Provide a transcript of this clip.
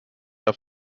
auf